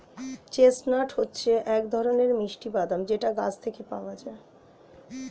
chestnut হচ্ছে এক ধরনের মিষ্টি বাদাম যেটা গাছ থেকে পাওয়া যায়